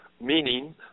meaning